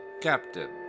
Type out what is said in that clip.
captain